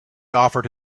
offered